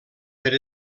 per